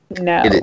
No